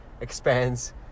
expands